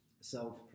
self